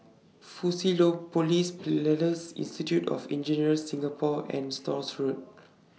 Fusionopolis Institute of Engineers Singapore and Stores Road